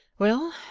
well,